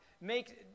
make